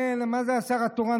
כן, מה זה השר התורן?